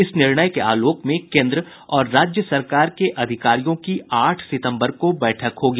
इस निर्णय के आलोक में केन्द्र और राज्य सरकार के अधिकारियों की आठ सितम्बर को बैठक होगी